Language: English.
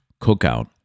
cookout